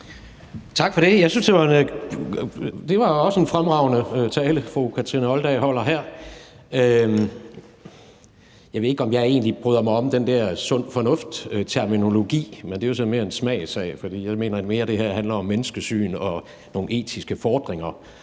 Tak for det. Det var også en fremragende tale, fru Kathrine Olldag holdt her. Jeg ved ikke, om jeg egentlig bryder mig om den der sund fornuft-terminologi, men det er så mere en smagssag, for jeg mener, det her mere handler om menneskesyn og nogle etiske fordringer